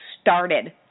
started